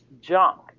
junk